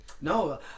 No